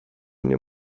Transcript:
nie